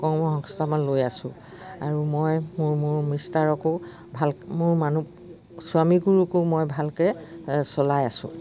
কৰ্ম সংস্থামান লৈ আছোঁ আৰু মই মোৰ মোৰ মিষ্টাৰকো ভাল মোৰ মানুহ স্বামীগুৰুকো মই ভালকে চলাই আছোঁ